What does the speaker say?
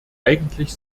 eigentlich